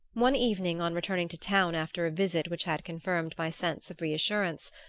one evening, on returning to town after a visit which had confirmed my sense of reassurance,